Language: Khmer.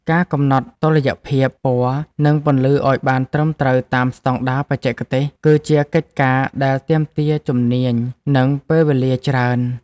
ការកំណត់តុល្យភាពពណ៌ និងពន្លឺឱ្យបានត្រឹមត្រូវតាមស្ដង់ដារបច្ចេកទេស គឺជាកិច្ចការដែលទាមទារជំនាញ និងពេលវេលាច្រើន។